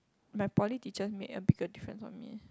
my poly teacher make a bigger difference on me